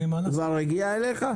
כבר הגיע אליך?